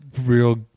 real